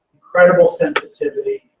incredible sensitivity,